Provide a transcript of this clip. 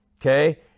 Okay